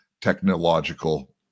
technological